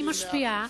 שאני משפיעה,